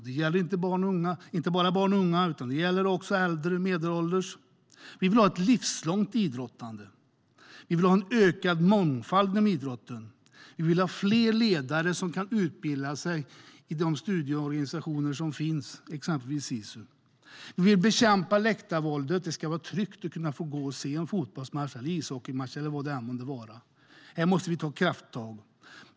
Det gäller inte bara barn och unga utan också äldre och medelålders. Vi vill ha ett livslångt idrottande. Vi vill ha ökad mångfald i idrotten. Vi vill ha fler ledare som kan utbilda sig i de studieorganisationer som finns, exempelvis Sisu. Vi vill bekämpa läktarvåldet. Det ska vara tryggt att se en fotbollsmatch, en ishockeymatch eller vad det än må vara. Här måste vi ta krafttag.